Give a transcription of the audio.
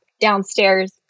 downstairs